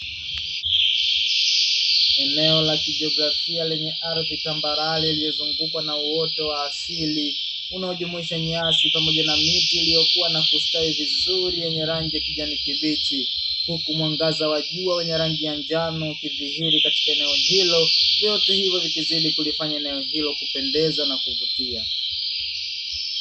Eneo la kijiografia lenye ardhi tambarare iliyozungukwa na uoto wa asili unaojumuisha nyasi pamoja na miti iliyokuwa na kustawi vizuri yenye rangi ya kijani kibichi, huku mwangaza wa jua wenye rangi ya njano ikidhihiri katika eneo hilo vyote hivyo vikizidi kulifanya eneo hilo kupendeza na kuvutia.